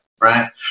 right